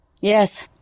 Yes